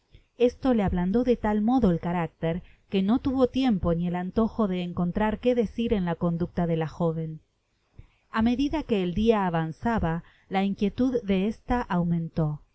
esto le ablando de tal modo el carácter que no tuvo tiempo ni el antojo de encontrar que decir en la conduda de la joven a medida que el dia avanzaba la inquietud de ésta aumentó